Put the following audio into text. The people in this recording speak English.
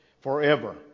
forever